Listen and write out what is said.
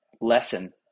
lesson